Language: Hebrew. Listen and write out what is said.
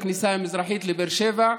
בכניסה המזרחית לבאר שבע,